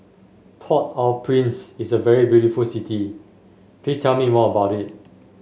Port Au Prince is a very beautiful city please tell me more about it